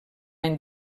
any